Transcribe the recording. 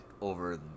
over